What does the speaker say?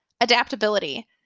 Adaptability